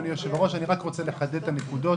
רוצה לחדד את הנקודות.